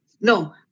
No